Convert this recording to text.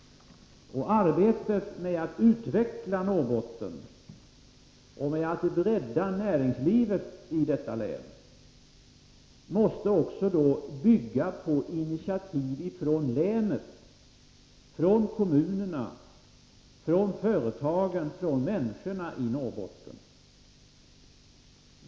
Arbetet med att utveckla Norrbotten och med att bredda näringslivet i detta län måste också bygga på initiativ från länet — från kommunerna, från företagen, från människorna i Norrbotten.